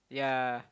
yeah